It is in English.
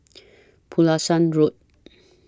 Pulasan Road